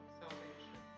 salvation